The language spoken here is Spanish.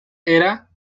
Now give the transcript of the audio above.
era